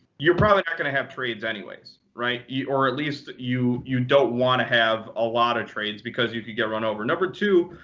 you're probably not going to have trades anyways. right? or at least you you don't want to have a lot of trades because you could get run over. number two,